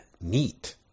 neat